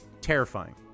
terrifying